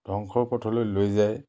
ধ্বংসৰ পথলৈ লৈ যায়